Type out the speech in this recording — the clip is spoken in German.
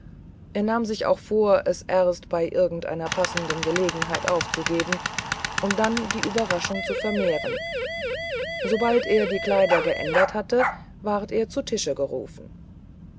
er nahm sich auch vor es erst bei irgendeiner passendern gelegenheit aufzuheben um dann die überraschung zu vermehren sobald er die kleider geändert hatte ward er zu tische gerufen